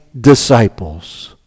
disciples